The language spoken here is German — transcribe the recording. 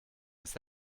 ist